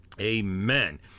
Amen